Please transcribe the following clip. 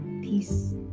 Peace